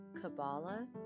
Kabbalah